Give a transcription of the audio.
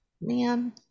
man